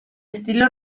estilo